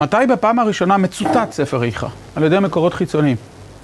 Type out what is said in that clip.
מתי בפעם הראשונה מצוטט ספר איכה על ידי מקורות חיצוניים?